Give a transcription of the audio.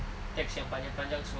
texts yang panjang-panjang semua